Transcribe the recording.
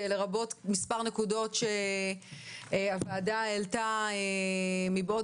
לרבות מספר נקודות שהוועדה העלתה מבעוד